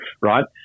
right